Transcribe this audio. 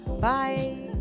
Bye